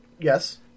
Yes